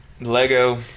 lego